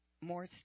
more